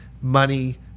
Money